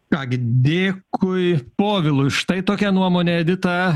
ką gi dėkui povilui štai tokia nuomonė edita